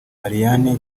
ariane